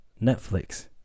Netflix